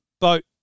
boat